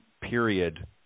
period